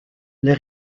les